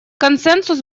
консенсус